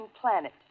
planet